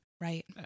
Right